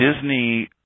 Disney